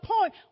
point